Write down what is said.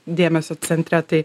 dėmesio centre tai